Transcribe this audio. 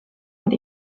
und